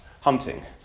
hunting